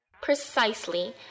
Precisely